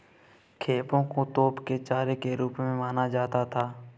खेपों को तोप के चारे के रूप में माना जाता था